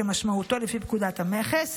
כמשמעותו לפי פקודת המכס.